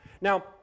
Now